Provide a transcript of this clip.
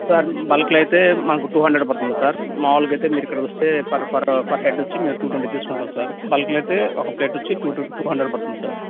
sir బల్క్లో అయితే మనకు టూ హండ్రెడ్ పడుతుంది సార్ మామూలుగా అయితే మీరు ఇక్కడికి వస్తే పర్ పర్ పర్ హెడ్ వచ్చి మేము టూ ట్వెంటీ తీసుకుంటాము సార్ బల్క్లో అయితే ఒక ప్లేట్ వచ్చి టూ టొం టూ హండ్రెడ్ పడుతుంది సార్